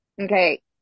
okay